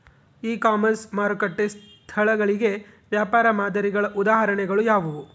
E commerce ಮಾರುಕಟ್ಟೆ ಸ್ಥಳಗಳಿಗೆ ವ್ಯಾಪಾರ ಮಾದರಿಗಳ ಉದಾಹರಣೆಗಳು ಯಾವುವು?